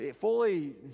fully